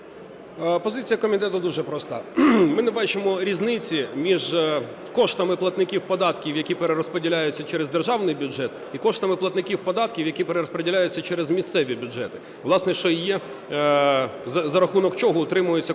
Позиція комітету дуже проста. Ми не бачимо різниці між коштами платників податків, які перерозподіляються через державний бюджет і коштами платників податків, які перерозподіляються через місцеві бюджети, власне, що і є, за рахунок чого утримуються комунальні